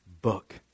book